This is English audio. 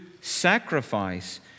sacrifice